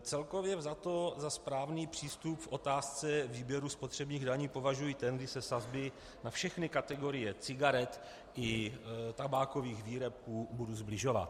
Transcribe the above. Celkově vzato, za správný přístup v otázce výběru spotřebních daní považuji ten, kdy se sazby na všechny kategorie cigaret i tabákových výrobků budou sbližovat.